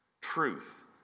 truth